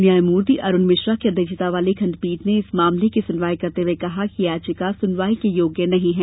न्यायमूर्ति अरूण मिश्रा की अध्यक्षता वाली खंडपीठ ने इस मामले की सुनवाई करते हुये कहा कि यह याचिका सुनवाई के योग्य नहीं है